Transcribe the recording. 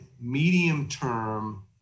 medium-term